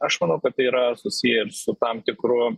aš manau kad tai yra susiję ir su tam tikru